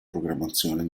programmazione